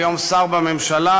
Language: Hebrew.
היום שר בממשלה,